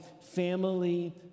Family